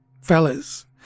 fellas